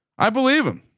i believe him.